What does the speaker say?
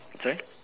sorry